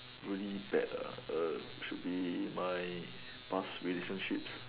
really bad ah err should be my past relationships